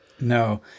No